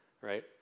right